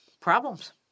problems